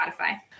Spotify